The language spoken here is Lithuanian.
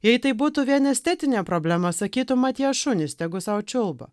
jei tai būtų vien estetinė problema sakytum mat ją šunys tegu sau čiulba